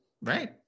right